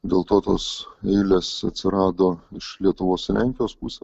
dėl to tos eilės atsirado iš lietuvos į lenkijos pusę